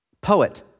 Poet